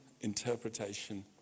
interpretation